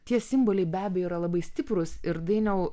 tie simboliai be abejo yra labai stiprus ir dainiau